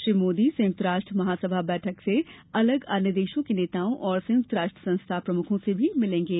श्री मोदी संयुक्त राष्ट्र महासभा बैठक से अलग अन्य देशों के नेताओं और संयुक्त राष्ट्र संस्था प्रमुखों से भी मिलेंगे